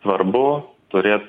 svarbu turėt